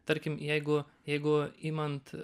tarkim jeigu jeigu imant